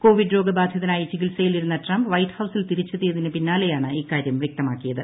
Covid രോഗബാധിതനായി ചികിത്സയിലിരുന്ന Trump വൈറ്റ്ഹൌസിൽ തിരിച്ചെത്തിയതിന് പിന്നാലെയാണ് ഇക്കാരൃം വൃക്തമാക്കിയത്